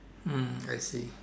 hmm I see